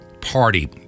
party